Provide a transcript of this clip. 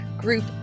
group